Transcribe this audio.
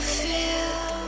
feel